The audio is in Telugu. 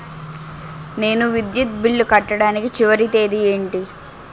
నేను విద్యుత్ బిల్లు కట్టడానికి చివరి తేదీ ఏంటి?